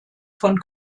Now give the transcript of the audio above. von